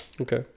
Okay